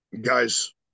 Guys